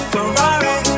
Ferrari